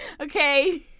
Okay